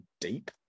deep